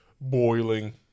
boiling